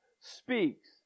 speaks